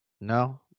No